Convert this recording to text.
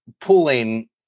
pulling